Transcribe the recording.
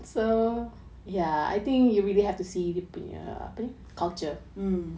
mm